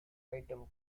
item